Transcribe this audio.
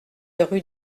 rue